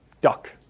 duck